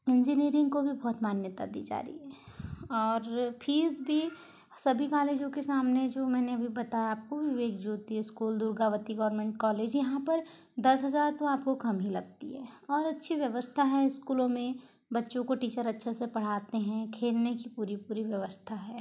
engineering को भी बहुत मान्यता दी जा रही है और फ़ीस भी सभी कॉलेजों के सामने जो मैंने अभी बताया आपको Vivek Jyoti school Durgavati government college यहाँ पर दस हज़ार तो आपको कम लगती है और अच्छी व्यवस्थ है स्कूलों में बच्चों को टीचर अच्छा सा पढ़ाते हैं खेलने कि पूरी पूरी व्यवस्था है